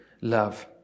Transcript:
love